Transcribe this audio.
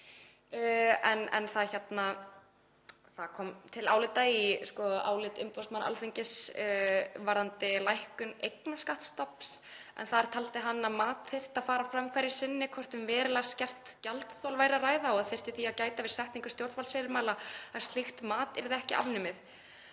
Það kom til álita í áliti umboðsmanns Alþingis varðandi lækkun eignarskattsstofns en þar taldi hann að mat þyrfti að fara fram á því hverju sinni hvort um verulega skert gjaldþol væri að ræða og þyrfti því að gæta að því, við setningu stjórnvaldsfyrirmæla, að slíkt mat yrði ekki afnumið.